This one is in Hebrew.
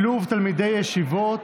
(שילוב תלמידי ישיבות),